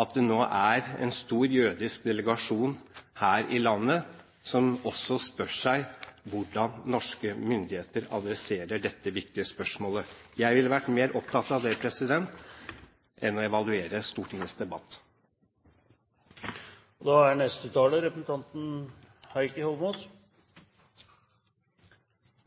at det nå er en stor jødisk delegasjon her i landet som også spør seg hvordan norske myndigheter adresserer dette viktige spørsmålet. Jeg ville vært mer opptatt av det enn av å evaluere Stortingets debatt. Bare et kort svar til Per-Willy Amundsen.